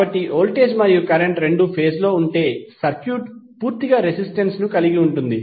కాబట్టి వోల్టేజ్ మరియు కరెంట్ రెండూ ఫేజ్ లో ఉంటే సర్క్యూట్ పూర్తిగా రెసిస్టెన్స్ ను కలిగి ఉంటుంది